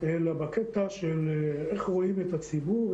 אלא בקטע של איך רואים את הציבור,